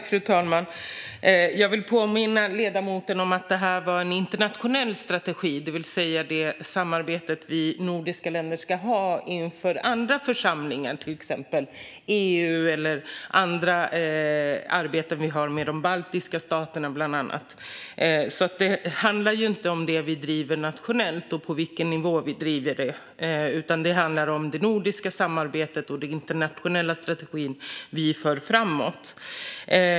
Fru talman! Jag vill påminna ledamoten om att detta är en internationell strategi som rör det samarbete som vi nordiska länder ska ha gentemot andra församlingar, till exempel EU, och samarbeten som vi har med bland andra de baltiska staterna. Det handlar inte om det som vi driver nationellt eller om vilken nivå vi driver det på, utan det handlar om det nordiska samarbetet och om den internationella strategi vi för fram.